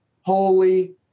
holy